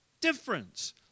difference